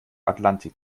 atlantik